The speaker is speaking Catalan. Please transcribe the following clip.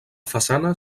façana